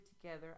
together